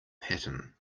pattern